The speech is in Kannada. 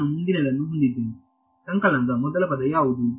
ನಾನು ಮುಂದಿನದನ್ನು ಹೊಂದಿದ್ದೇನೆ ಸಂಕಲನದ ಮೊದಲ ಪದ ಯಾವುದು